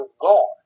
gone